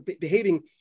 behaving